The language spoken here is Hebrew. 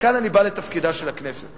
וכאן אני בא לתפקידה של הכנסת.